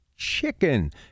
chicken